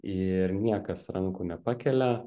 ir niekas rankų nepakelia